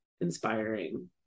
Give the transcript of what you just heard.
inspiring